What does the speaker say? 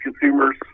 consumers